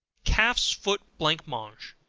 calf's foot blancmange.